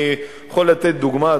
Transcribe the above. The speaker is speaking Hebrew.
אני יכול לתת דוגמה,